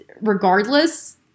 regardless